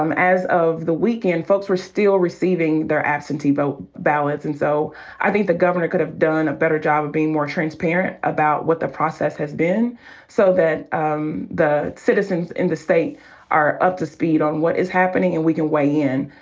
um as of the weekend, folks were still receiving their absentee vote ballots. and so i think the governor could have done a better job of being more transparent about what the process has been so that um the citizens in the state are up to speed on what is happening, and we can weigh in.